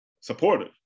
supportive